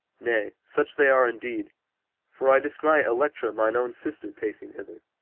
nay, such they are indeed for i descry electra mine own sister pacing hither,